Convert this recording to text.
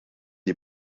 die